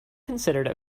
considered